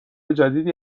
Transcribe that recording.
جدیدی